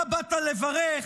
אתה באת לברך,